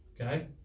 okay